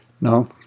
No